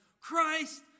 Christ